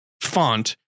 font